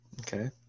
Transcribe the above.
Okay